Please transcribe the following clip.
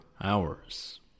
hours